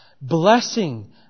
Blessing